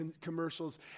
commercials